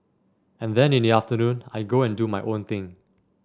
and then in the afternoon I go and do my own thing